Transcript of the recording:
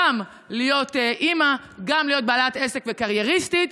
גם להיות אימא וגם להיות בעלת עסק וקרייריסטית.